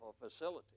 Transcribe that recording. facility